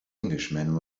englishman